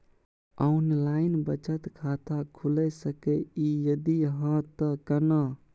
Online बचत खाता खुलै सकै इ, यदि हाँ त केना?